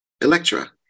Electra